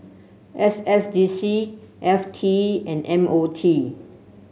S S D C F T and M O T